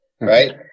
right